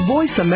Voice